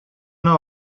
know